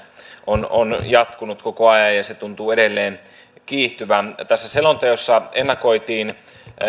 on jatkunut viime vuosikymmeninä koko ajan ja ja se tuntuu edelleen kiihtyvän tässä selonteossa ennakoitiin